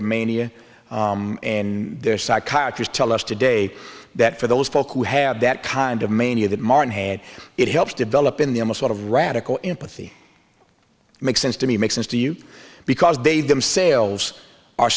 of mania and there psychiatrist tell us today that for those folks who have that kind of mania that martin had it helps develop in them a sort of radical empathy makes sense to me makes sense to you because they themselves are